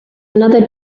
another